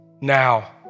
now